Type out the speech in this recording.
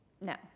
No